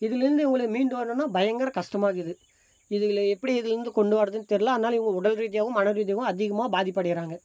இதுலேருந்து இவங்கள மீண்டு வரணுன்னா பயங்கர கஷ்டமாக்குது இதில் எப்படி இதுலேருந்து கொண்டு வரதுன்னு தெரில அதனால இவங்க உடல் ரீதியாகவும் மன ரீதியாகவும் அதிகமாக பாதிப்படைகிறாங்க